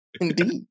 Indeed